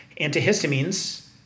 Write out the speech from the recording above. Antihistamines